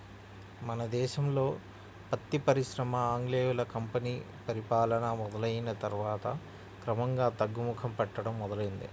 మన దేశంలో పత్తి పరిశ్రమ ఆంగ్లేయుల కంపెనీ పరిపాలన మొదలయ్యిన తర్వాత క్రమంగా తగ్గుముఖం పట్టడం మొదలైంది